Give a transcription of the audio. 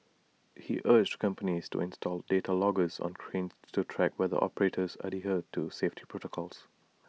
he urged companies to install data loggers on cranes to track whether operators adhere to safety protocols